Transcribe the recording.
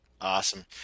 Awesome